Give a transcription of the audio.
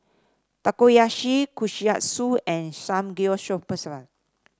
Takoyaki Kushikatsu and Samgeyopsal